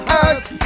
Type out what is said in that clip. earth